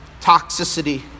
Toxicity